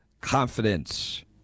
confidence